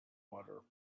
water